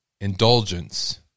indulgence